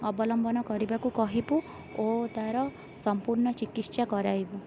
ଅବଲମ୍ବନ କରିବାକୁ କହିବୁ ଓ ତା'ର ସମ୍ପୂର୍ଣ୍ଣ ଚିକିତ୍ସା କରାଇବୁ